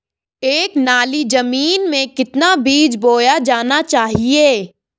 एक नाली जमीन में कितना बीज बोया जाना चाहिए?